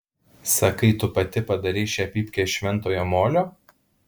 sakai tu pati padarei šią pypkę iš šventojo molio